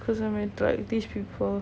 because I'm very tried these people